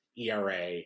ERA